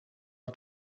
are